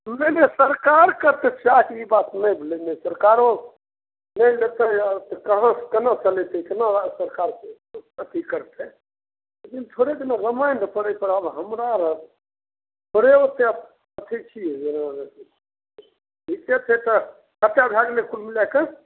नहि नहि सरकारके तऽ चाही ई बात नहि भेलै नहि सरकारो नहि लेतै तऽ कहाँ केना चलेतै केना आ सरकार अथि करतै लेकिन ई थोरे जेना रमायणमे पढ़ै पर अब हमरा थोरे ओते अथि छीयै जेना ठीके छै तऽ कते भए गेलै कुल मिला कऽ